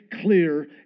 clear